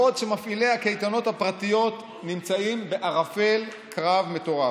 בעוד שמפעילי הקייטנות הפרטיות נמצאים בערפל קרב מטורף.